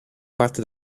parte